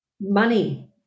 money